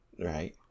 Right